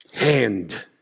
hand